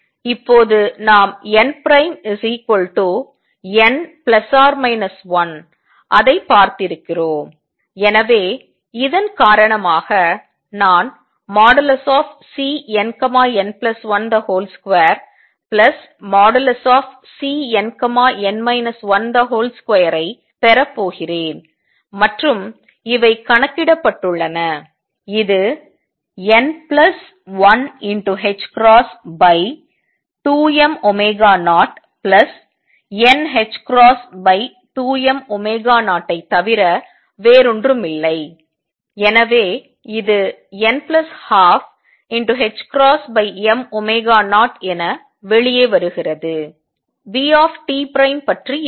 இப்போது நாம் nn±1 அதை பார்த்திருக்கிறோம் எனவே இதன் காரணமாக நான் Cnn12|Cnn 1 |2 ஐ பெறப் போகிறேன் மற்றும் இவை கணக்கிடப்பட்டுள்ளன இது n12m0n2m0 ஐ தவிர வேறொன்றுமில்லை எனவே இது n12m0 என வெளியே வருகிறது v' பற்றி என்ன